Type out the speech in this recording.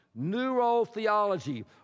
neurotheology